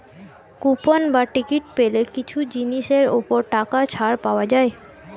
coupon বা ticket পেলে কিছু জিনিসের ওপর টাকা ছাড় পাওয়া যায়